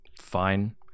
fine